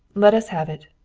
let us have it!